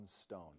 stone